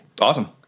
Awesome